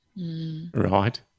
Right